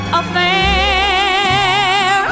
affair